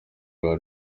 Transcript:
rwa